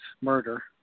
murder